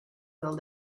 del